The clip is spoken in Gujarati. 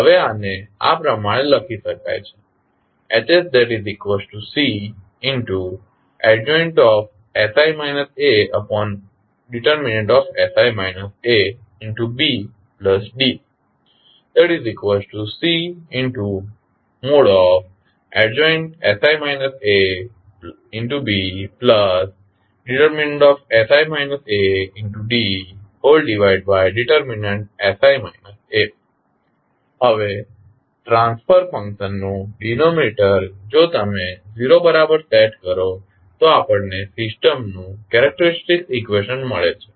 હવે આને આ પ્રમાણે લખી શકાય છે HsCadj |sI A|BD C adj sI A B sI A DsI A હવે ટ્રાન્સફર ફંક્શનનું ડેનોમીનેટર જો તમે 0 બરાબર સેટ કરો તો આપણને સિસ્ટમનું કેરેક્ટેરીસ્ટીક ઇકવેશન મળે છે